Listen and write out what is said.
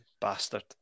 bastard